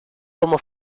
como